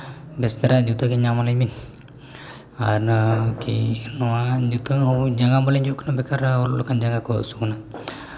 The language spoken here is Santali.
ᱵᱮᱥ ᱫᱷᱟᱨᱟ ᱡᱩᱛᱟᱹᱜᱮ ᱧᱟᱢᱟᱹᱞᱤᱧ ᱵᱤᱱ ᱟᱨ ᱠᱤ ᱱᱚᱣᱟ ᱡᱩᱛᱟᱹ ᱦᱚᱨᱚᱜ ᱞᱮᱠᱷᱟᱱ ᱡᱟᱸᱜᱟ ᱠᱚ ᱦᱟᱹᱥᱩ ᱠᱟᱱᱟ